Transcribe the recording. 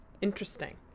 Interesting